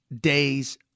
days